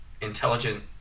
intelligent